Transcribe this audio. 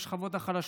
אל השכבות החלשות.